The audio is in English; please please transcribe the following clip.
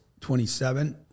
27